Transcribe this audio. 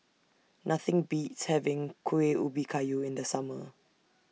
Nothing Beats having Kueh Ubi Kayu in The Summer